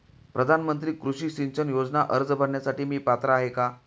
प्रधानमंत्री कृषी सिंचन योजना अर्ज भरण्यासाठी मी पात्र आहे का?